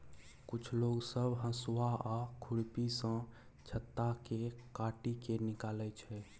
कुछ लोग सब हसुआ आ खुरपी सँ छत्ता केँ काटि केँ निकालै छै